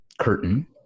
curtain